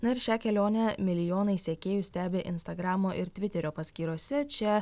na ir šią kelionę milijonai sekėjų stebi instagramo ir tviterio paskyrose čia